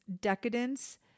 decadence